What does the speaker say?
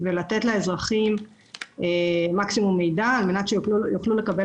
ולתת לאזרחים מקסימום מידע על מנת שיוכלו לקבל